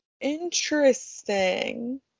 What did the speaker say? Interesting